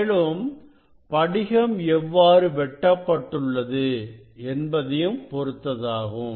மேலும் படிகம் எவ்வாறு வெட்டப்பட்டுள்ளது என்பதையும் பொருத்ததாகும்